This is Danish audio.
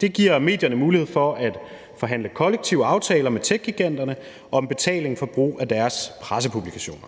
Det giver medierne mulighed for at forhandle kollektive aftaler med techgiganterne om betaling for brug af deres pressepublikationer.